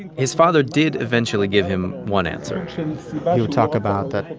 his father did eventually give him one answer he would talk about that,